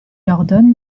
ordonne